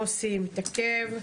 מוסי מתעכב,